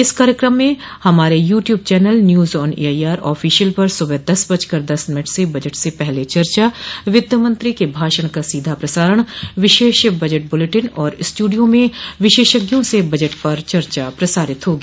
इस कार्यक्रम में हमारे YouTube channel news on AIR official पर सुबह दस बजकर दस मिनट से बजट से पहले चर्चा वित्त मंत्री के भाषण का सीधा प्रसारण विशेष बजट बुलेटिन और स्टूडियो में विशेषज्ञों से बजट पर चर्चा प्रसारित होगी